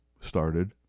started